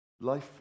Life